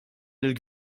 lill